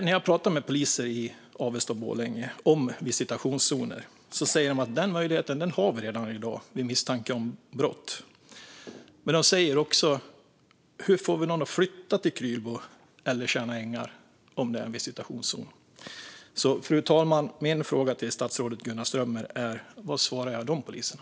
När jag pratar med poliser i Avesta och Borlänge om visitationszoner säger de att de redan i dag har denna möjlighet vid misstanke om brott. De undrar också: Hur får vi någon att flytta till Krylbo eller Tjärna ängar om det är en visitationszon? Fru talman! Min fråga till statsrådet Gunnar Strömmer är: Vad svarar jag de poliserna?